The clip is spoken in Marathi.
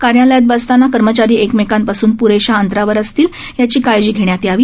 कार्यालयात बसताना कर्मचारी एकमेकांपासून प्रेशा अंतरावर असतील याची काळजी घेण्यात यावी